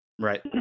Right